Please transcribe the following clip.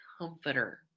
comforter